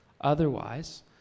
Otherwise